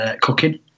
cooking